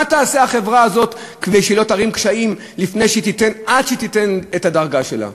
מה תעשה החברה הזאת כדי שהיא לא תערים קשיים עד שהיא תיתן את הדרגה שלה?